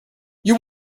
you